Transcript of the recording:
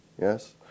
Yes